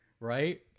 right